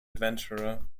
adventurer